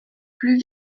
plus